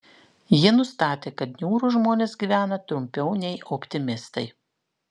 jie nustatė kad niūrūs žmonės gyvena trumpiau nei optimistai